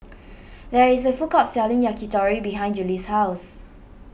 there is a food court selling Yakitori behind Juli's house